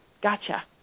gotcha